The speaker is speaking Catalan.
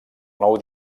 nou